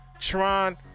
Tron